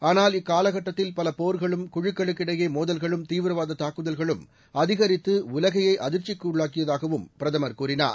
ஆனால் இக்காலகட்டத்தில் பல போர்களும் குழுக்களுக்கு இடையே மோதல்களும் தீவிரவாத தாக்குதல்களும் அதிகரித்து உலகையே அதிர்ச்சிக்கு ஆளாக்கியுள்ளதாகவும் பிரதமர் கூறினார்